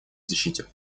защите